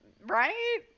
right